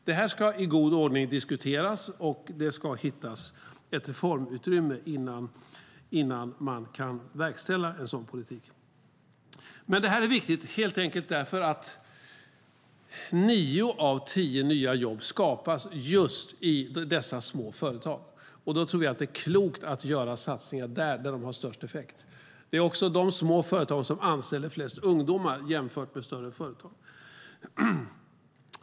Det här ska i god ordning diskuteras, och det ska hittas ett reformutrymme innan man kan verkställa en sådan politik. Men det här är viktigt helt enkelt därför att nio av tio nya jobb skapas just i dessa små företag. Då tror vi att det är klokt att göra satsningar där de har störst effekt. Det är också de små företagen som anställer flest ungdomar jämfört med större företag.